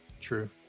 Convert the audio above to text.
true